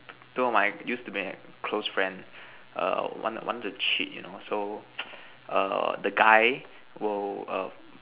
two of my used to be close friends err want to want to cheat you know so err the guy will err